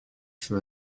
from